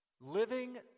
Living